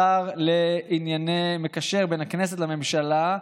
השר המקשר בין הכנסת לממשלה,